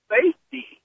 safety